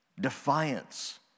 Defiance